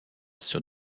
sur